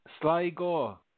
Sligo